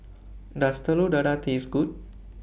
Does Telur Dadah Taste Good